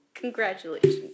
Congratulations